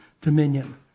dominion